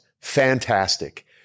Fantastic